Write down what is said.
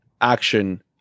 action